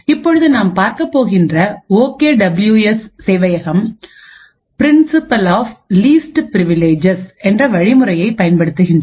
இப்பொழுது நாம் பார்க்கப் போகின்ற ஓகே டபிள்யூ எஸ் சேவையகம் principle of least privilege என்ற வழிமுறையை பயன்படுத்துகின்றது